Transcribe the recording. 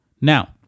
Now